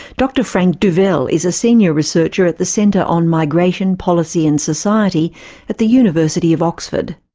dr franck duvell is a senior researcher at the centre on migration, policy and society at the university of oxford.